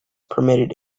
permitted